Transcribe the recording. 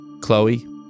Chloe